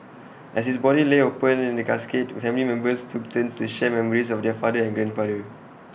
as his body lay open casket family members took turns to share memories of their father and grandfather